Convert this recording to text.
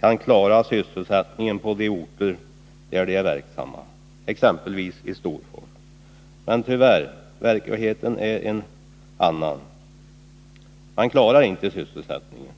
kan klara sysselsättningen på de orter där de är verksamma, exempelvis i Storfors. Men tyvärr, verkligheten är en annan. Man klarar inte sysselsättningen.